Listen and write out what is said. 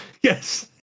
Yes